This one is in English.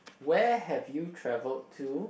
where have you travelled to